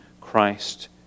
Christ